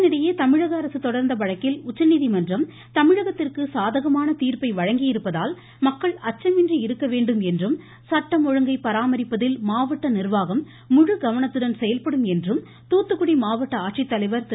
இதனிடையே தமிழக அரசு தொடா்ந்த வழக்கில் உச்சநீதிமன்றம் தமிழகத்திற்கு சாதகமான தீர்ப்பை வழங்கியிருப்பதால் மக்கள் அச்சமின்றி இருக்க வேண்டும் என்றும் சட்டம் ஒழுங்கை பராமரிப்பதில் மாவட்ட நிர்வாகம் முழு கவனத்துடன் செயல்படும் என்று தூத்துக்குடி மாவட்ட ஆட்சித்தலைவர் திரு